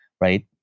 right